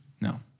No